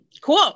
Cool